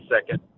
second